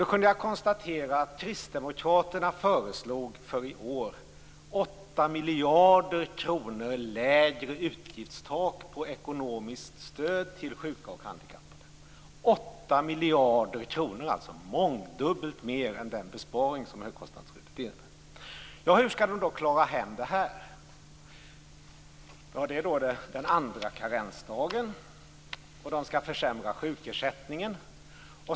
Jag kunde konstatera att kristdemokraterna föreslog för i år 8 miljarder kronor lägre utgiftstak på ekonomiskt stöd till sjuka och handikappade. 8 miljarder kronor! Det är mångdubbelt mer än den besparing som högkostnadsskyddet gäller. Hur skall de klara hem detta? Det blir den andra karensdagen, och de skall försämra sjukersättningen.